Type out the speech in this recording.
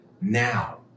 now